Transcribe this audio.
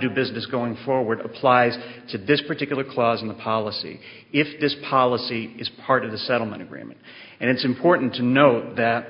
do business going forward applies to this particular clause in the policy if this policy is part of the settlement agreement and it's important to note that